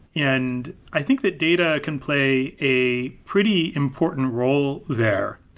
and i think that data can play a pretty important role there,